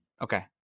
okay